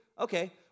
Okay